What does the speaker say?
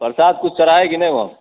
प्रसाद कुछ चढ़ाए कि नहीं वहाँ